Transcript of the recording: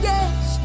Yes